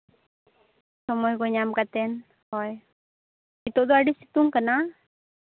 ᱥᱚᱢᱚᱭ ᱠᱚ ᱧᱟᱢ ᱠᱟᱛᱮᱱ ᱦᱳᱭ ᱱᱤᱛᱳᱜ ᱫᱚ ᱟᱹᱰᱤ ᱥᱤᱛᱩᱝ ᱠᱟᱱᱟ